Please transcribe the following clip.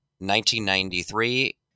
1993